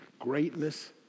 Greatness